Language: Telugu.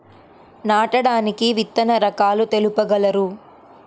నాటడానికి విత్తన రకాలు తెలుపగలరు?